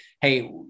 Hey